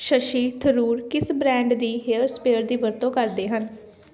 ਸ਼ਸ਼ੀ ਥਰੂਰ ਕਿਸ ਬ੍ਰਾਂਡ ਦੀ hair spray ਦੀ ਵਰਤੋਂ ਕਰਦੇ ਹਨ